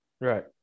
Right